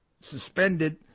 suspended